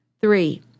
Three